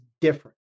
different